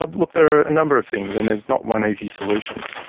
and look, there are a number of things, and there's not one easy solution.